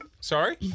Sorry